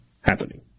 happening